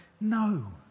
no